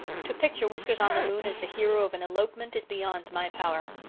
to picture whiskers-on-the-moon as the hero of an elopement is beyond my power.